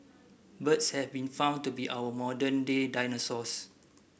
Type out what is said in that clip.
birds have been found to be our modern day dinosaurs